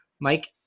Mike